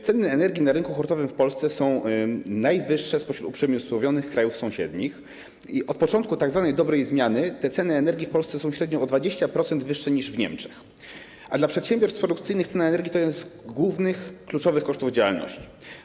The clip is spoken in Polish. Ceny energii na rynku hurtowym w Polsce są najwyższe spośród uprzemysłowionych krajów sąsiednich i od początku tzw. dobrej zmiany te ceny energii w Polsce są średnio o 20% wyższe niż w Niemczech, a dla przedsiębiorstw produkcyjnych cena energii to jeden z głównych, kluczowych kosztów działalności.